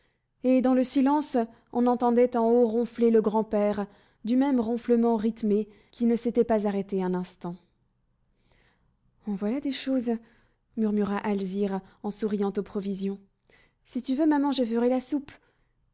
et dans le silence on entendait en haut ronfler le grand-père du même ronflement rythmé qui ne s'était pas arrêté un instant en voilà des choses murmura alzire en souriant aux provisions si tu veux maman je ferai la soupe